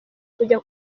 kujya